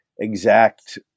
exact